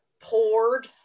poured